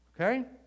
Okay